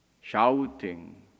shouting